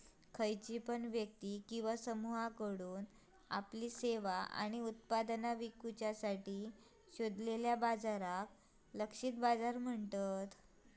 खयची पण व्यक्ती किंवा समुहाकडुन आपल्यो सेवा आणि उत्पादना विकुसाठी शोधलेल्या बाजाराक लक्षित बाजार म्हणतत